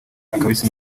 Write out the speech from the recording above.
akabisi